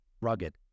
rugged